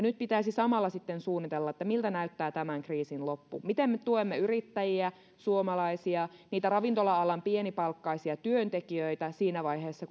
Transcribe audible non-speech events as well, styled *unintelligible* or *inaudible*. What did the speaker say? *unintelligible* nyt pitäisi samalla suunnitella miltä näyttää tämän kriisin loppu miten me tuemme yrittäjiä suomalaisia niitä ravintola alan pienipalkkaisia työntekijöitä siinä vaiheessa *unintelligible*